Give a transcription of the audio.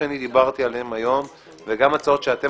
שדיברתי עליהן היום וגם הצעות שאתם,